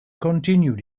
continued